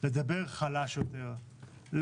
לדבר חלש יותר,